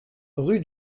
rue